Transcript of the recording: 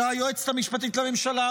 של היועצת המשפטית לממשלה,